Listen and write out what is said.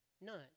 none